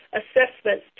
assessment